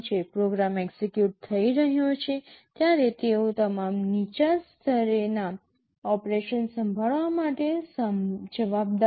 programme execute થઈ રહ્યો છે ત્યારે તેઓ તમામ નીચા સ્તરેના ઑપરેશન સંભાળવા માટે જવાબદાર છે